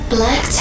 Black